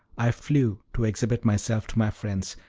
i flew to exhibit myself to my friends,